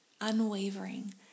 unwavering